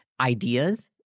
ideas